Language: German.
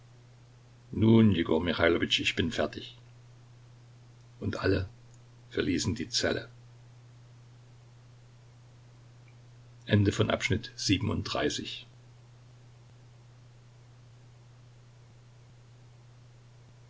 nun jegor michailowitsch ich bin fertig und alle verließen die zelle